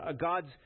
God's